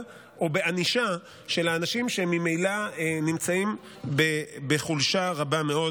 או בענישה של האנשים שממילא נמצאים בחולשה רבה מאוד,